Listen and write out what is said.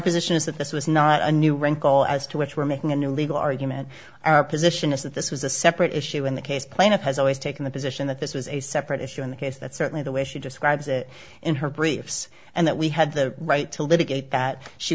position is that this was not a new wrinkle as to which were making a new legal argument our position is that this was a separate issue in the case plaintiff has always taken the position that this was a separate issue in the case that certainly the way she describes it in her briefs and that we had the right to litigate that she